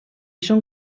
són